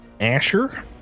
asher